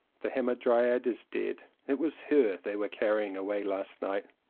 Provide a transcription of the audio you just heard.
the hamadryad is dead. it was her they were carrying away last night.